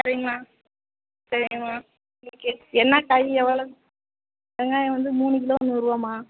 சரிங்கம்மா சரிங்கம்மா உங்களுக்கு என்ன காய் எவ்வளவு வெங்காயம் வந்து மூணு கிலோ நூறுரூவாம்மா